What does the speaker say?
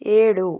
ಏಳು